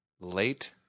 Late